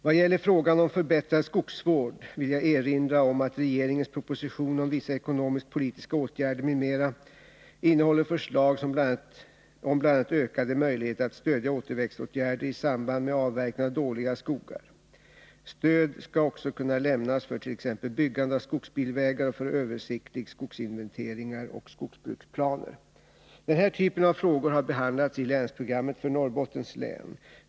Vad gäller frågan om förbättrad skogsvård vill jag erinra om att regeringens proposition om vissa ekonomisk-politiska åtgärder, m.m. innehåller förslag om bl.a. ökade möjligheter att stödja återväxtåtgärder i samband med avverkning av dåliga skogar. Stöd skall också kunna lämnas för t.ex. byggande av skogsbilvägar och för översiktliga skogsinventeringar och skogsbruksplaner. Den här typen av frågor har behandlats i länsprogrammet för Norrbottens län.